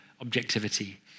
objectivity